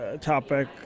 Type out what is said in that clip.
topic